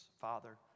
Father